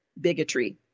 bigotry